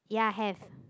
ya have